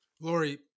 Lori